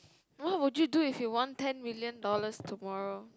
what would you do if you won ten million dollars tomorrow